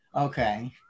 Okay